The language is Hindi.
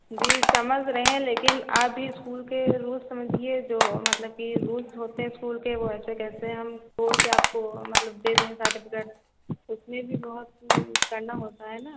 जी समझ रहे हैं लेकिन आप भी इस्कूल के रूल्स समझिए जो मतलब कि रूल्स होते हैं इस्कूल के वो ऐसे कैसे हम छोड़ के आपको मतलब आपको दे दें सार्टिफ़िकेट उसमें भी बहुत करना होता है न